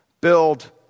build